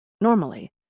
Normally